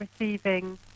receiving